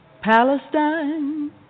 Palestine